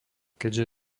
keďže